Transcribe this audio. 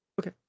Okay